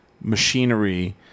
machinery